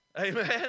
Amen